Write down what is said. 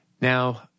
Now